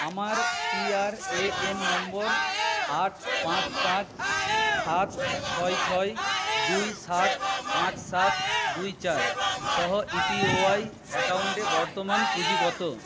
আমার পিআরএএন নম্বর আট পাঁচ পাঁচ সাত ছয় ছয় দুই সাত পাঁচ সাত দুই চার সহ এপিওয়াই অ্যাকাউন্টে বর্তমান পুঁজি কত